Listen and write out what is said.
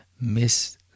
miss